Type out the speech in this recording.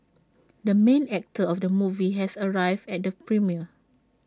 the main actor of the movie has arrived at the premiere